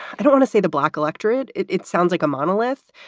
i don't want to say the black electorate, it it sounds like a monolith,